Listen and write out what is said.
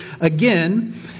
again